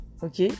ok